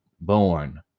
born